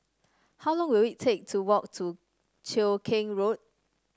how long will it take to walk to Cheow Keng Road